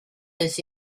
this